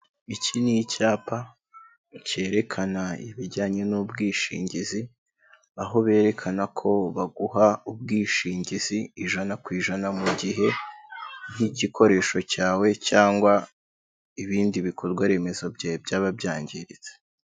Iki ni icyapa, cyerekana ibijyanye n'ubwishingizi, aho berekana ko baguha ubwishingizi ijana ku ijana mu gihe nkigikoresho cyawe cyangwa ibindi bikorwa remezo byawe byaba byangiritse.